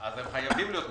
אז הם חייבים להיות מוחרגים.